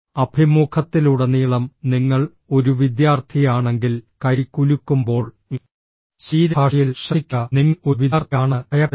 അഭിമുഖത്തിലുടനീളം നിങ്ങൾ ഒരു വിദ്യാർത്ഥിയാണെങ്കിൽ കൈ കുലുക്കുമ്പോൾ ശരീരഭാഷയിൽ ശ്രദ്ധിക്കുക നിങ്ങൾ ഒരു വിദ്യാർത്ഥിയാണെന്ന് ഭയപ്പെടരുത്